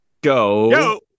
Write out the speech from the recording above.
Go